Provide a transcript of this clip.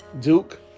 Duke